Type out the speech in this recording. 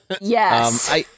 yes